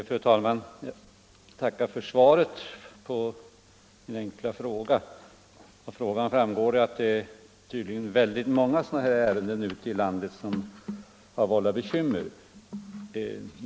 Fru talman! Jag tackar för svaret på min fråga. Om ökad konkur Av frågan framgår att det tydligen är väldigt många sådana här ärenden = rens inom charterute i landet som vållat bekymmer.